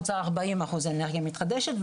רוצה ארבעים אחוז אנרגיה מתחדשת,